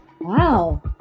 wow